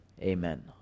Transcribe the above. amen